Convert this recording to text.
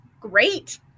great